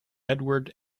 edward